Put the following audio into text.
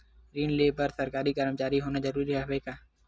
ऋण ले बर सरकारी कर्मचारी होना जरूरी हवय का?